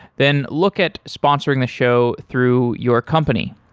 then look at sponsoring the show through your company.